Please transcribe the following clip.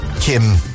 Kim